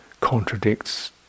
contradicts